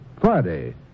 Friday